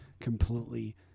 completely